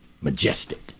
Majestic